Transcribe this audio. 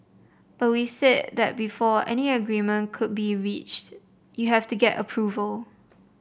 but we said that before any agreement could be reached you have to get approval